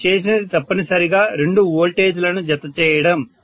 మీరు చేసినది తప్పనిసరిగా రెండు వోల్టేజ్లను జత చేయడం